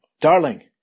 Darling